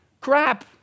Crap